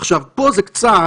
עכשיו, פה זה קצת,